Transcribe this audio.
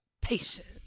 Patient